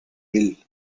will